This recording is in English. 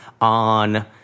on